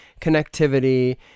connectivity